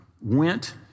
went